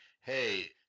hey